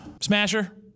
smasher